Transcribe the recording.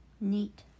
Neat